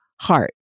heart